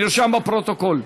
נרשם בפרוטוקול.